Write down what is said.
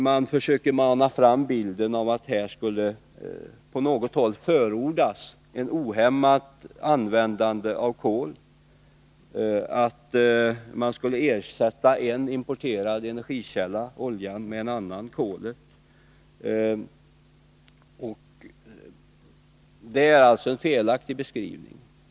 Man försöker mana fram bilden av att här skulle på något håll förordas ett ohämmat användande av kol, att en importerad energikälla, oljan, skulle ersättas med en annan, kol. Det är en felaktig beskrivning.